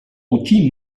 botxí